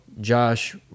Josh